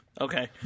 Okay